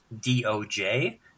D-O-J